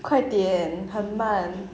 快点很慢